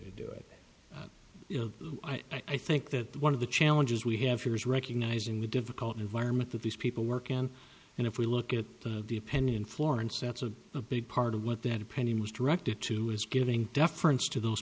to do it you know i think that one of the challenges we have here is recognizing the difficult environment that these people work in and if we look at the opinion florence that's a big part of what that opinion was directed to is giving deference to those